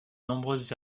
nombreuses